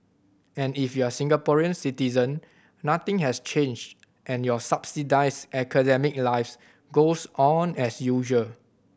and if you're a Singaporean citizen nothing has changed and your subsidised academic life goes on as usual